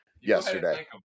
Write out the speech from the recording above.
yesterday